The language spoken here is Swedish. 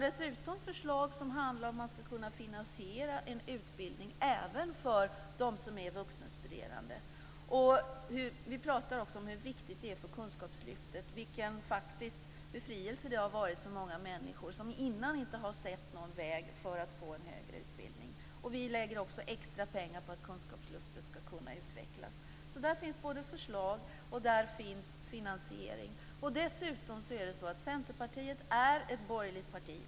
Dessutom har vi förslag som handlar om hur man skall kunna finansiera en utbildning även för de vuxenstuderande. Vi pratar också om hur viktigt kunskapslyftet är och vilken befrielse det har varit för många människor. Innan har de inte sett någon väg för att få en högre utbildning. Vi lägger också extra pengar på att kunskapslyftet skall kunna utvecklas. Det finns både förslag och finansiering. Centerpartiet är ett borgerligt parti.